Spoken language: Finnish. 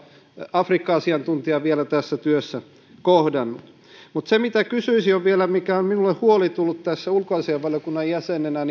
afrikka asiantuntijaa en kyllä ole vielä tässä työssä kohdannut mutta kysyisin vielä siitä mikä huoli minulle on tullut tässä ulkoasiainvaliokunnan jäsenenä